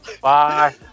Bye